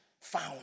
found